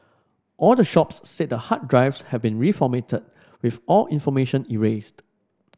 all the shops said the hard drives had been reformatted with all information erased